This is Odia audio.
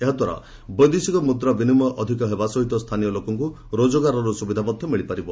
ଏହାଦ୍ୱାରା ବୈଦେଶିକ ମୁଦ୍ରା ବିନିମୟ ଅଧିକ ହେବା ସହ ସ୍ଥାନୀୟ ଲୋକଙ୍କୁ ରୋଜଗାରର ସୁବିଧା ମଧ୍ୟ ମିଳିପାରିବ